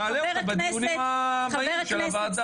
נעלה אותה בדיונים הבאים של הוועדה.